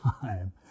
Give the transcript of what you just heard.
time